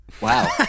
Wow